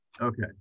Okay